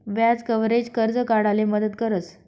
व्याज कव्हरेज, कर्ज काढाले मदत करस